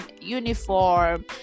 uniform